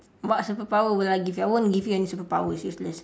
what superpower will I give you I won't give you any superpower it's useless